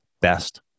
best